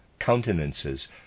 countenances